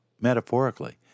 metaphorically